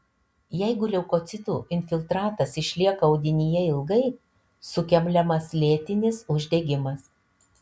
jeigu leukocitų infiltratas išlieka audinyje ilgai sukeliamas lėtinis uždegimas